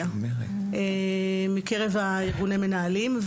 מקרב ארגוני המנהלים,